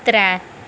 त्रैऽ